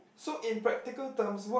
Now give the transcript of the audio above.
so in practical terms what